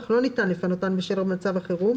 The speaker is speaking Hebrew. אך לא ניתן לפנותן בשל מצב החירום,